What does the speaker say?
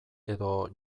edo